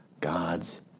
God's